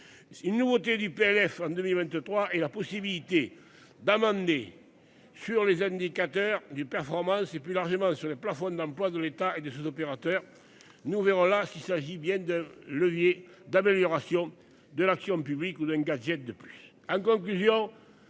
Il nous ôter du PLF 2023 et la possibilité d'amender. Sur les indicateurs du performance et plus largement sur les plafonds d'emplois de l'État et des opérateurs. Nous verrons là, s'il s'agit bien de l'oeil et d'amélioration de l'action publique ou d'un gadget de plus.